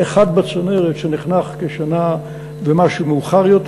אחד בצנרת שנחנך כשנה ומשהו מאוחר יותר.